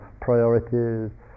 priorities